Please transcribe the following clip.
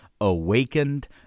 awakened